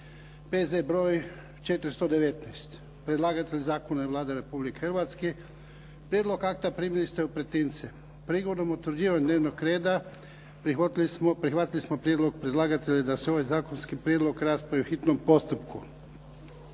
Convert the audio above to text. P.Z. br. 419 Predlagatelj zakona je Vlada Republike Hrvatske. Prijedlog akta primili ste u pretince. Prigodom utvrđivanja dnevnog reda prihvatili smo prijedlog predlagatelja da se ovaj zakonski prijedlog raspravi u hitnom postupku.